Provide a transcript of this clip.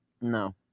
No